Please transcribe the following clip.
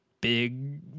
big